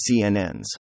CNNs